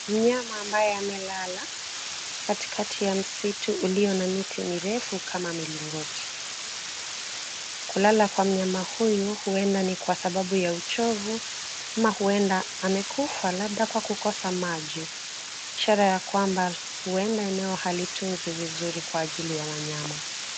Mnyama ambaye amelala katikati ya msitu ulio na miti mirefu kama milingoti. Kulala kwa mnyama huyu huenda ni kwa sababu ya uchovu ama huenda amekufa labda kwa kukosa maji ishara ya kwamba huenda eneo halitunzwi vizuri kwa ajili ya wanyama.